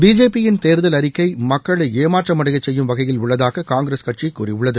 BJP யின் தேர்தல் அறிக்கை மக்களை ஏமாற்றமடைய செய்யும் வகையில் உள்ளதாக காங்கிரஸ் கட்சி கூறியுள்ளது